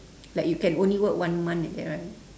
like you can only work one month like that right